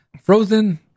Frozen